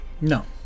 No